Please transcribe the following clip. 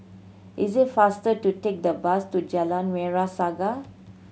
is it faster to take the bus to Jalan Merah Saga